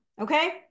okay